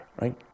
right